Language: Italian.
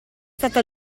stata